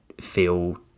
feel